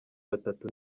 batatu